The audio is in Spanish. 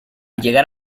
llegar